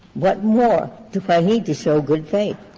what more do i need to show good faith?